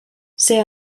see